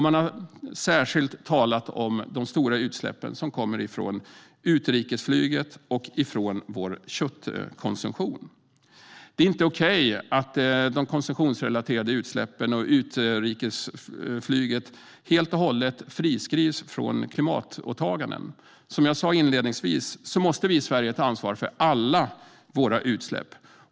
Man har särskilt talat om de stora utsläppen som kommer från utrikesflyget och vår köttkonsumtion. Det är inte okej att de konsumtionsrelaterade utsläppen och utrikesflyget helt och hållet friskrivs från klimatåtaganden. Som jag sa inledningsvis måste vi i Sverige ta ansvar för alla våra utsläpp.